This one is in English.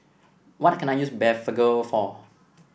what can I use Blephagel for